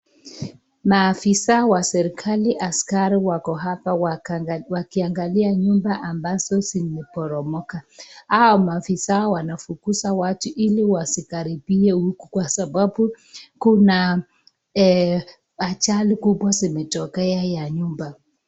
Maafisa wa serikali askari wako hapa wakiangalia nyumba ambazo zimeporomoka. Hao maafisa wanafukuza watu ili wasikaribie huku kwa sababu kuna ajali kubwa zimetokea ya nyumba.